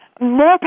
more